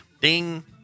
Ding